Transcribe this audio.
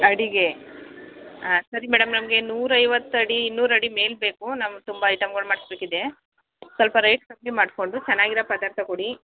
ಅಡಿಗೆ ಹಾಂ ಸರಿ ಮೇಡಮ್ ನಮಗೆ ನೂರಾ ಐವತ್ತು ಅಡಿ ಇನ್ನೂರು ಅಡಿ ಮೇಲೆಬೇಕು ನಮ್ಗೆ ತುಂಬ ಐಟಮ್ಸುಗಳು ಮಾಡಿಸ್ಬೇಕಿದೆ ಸ್ವಲ್ಪ ರೇಟ್ ಕಮ್ಮಿ ಮಾಡಿಸ್ಕೊಂಡು ಚೆನ್ನಾಗಿರೊ ಪದಾರ್ಥ ಕೊಡಿ